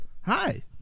hi